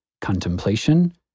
contemplation